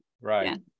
Right